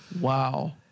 wow